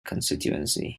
constituency